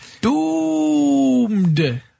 Doomed